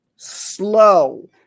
slow